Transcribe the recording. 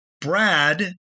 Brad